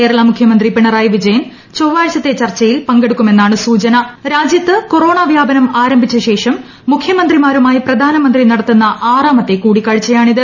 കേരള മുഖ്യമന്ത്രി പിണറായിട്ട് പിജയൻ ചൊവ്വാഴ്ചത്തെ ചർച്ചയിൽ പങ്കെടുക്കുമെന്നാണ് സൂച്ചെന്റ് രാജ്യത്ത് കൊറോണ വ്യാപനം ആരംഭിച്ചശേഷം മുഖ്യമന്ത്രിമാരു മായി പ്രധാനമന്ത്രി നടത്തുന്ന ആറാമത്തെ കൂടിക്കാഴ്ചയാണ് ഇത്